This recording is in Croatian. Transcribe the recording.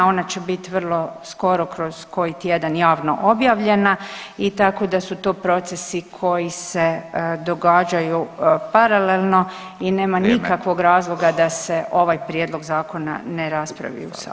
Ona će biti vrlo skoro, kroz koji tjedan javno objavljena i tako da su to procesi koji se događaju paralelno i nema [[Upadica: Vrijeme.]] nikakvog razloga da se ovaj prijedlog zakona ne raspravi u saboru.